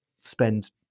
spend